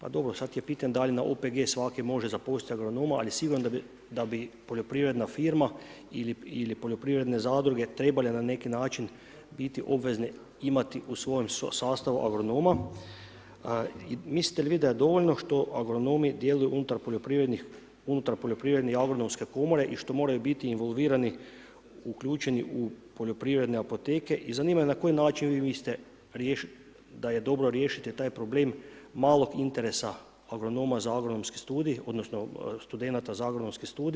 A dobro, sad je pitanje da li OPG svaki može zaposliti agronoma, ali sigurno da bi poljoprivredna firma ili poljoprivredne zadruge trebale na neki način biti obveze, imati u svojem sastavu agronoma i mislite li vi da je dovoljno što agronomi djeluju unutar poljoprivredne i agronomske komore i što moraju biti involvirani uključeni u poljoprivredne apoteke i zanima me na koji način vi mislite da je dobro riješiti taj problem malog interesa agronoma, za agronomski studij, onda, studenata za agronomski studij.